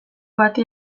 bati